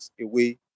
away